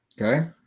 Okay